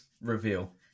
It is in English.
reveal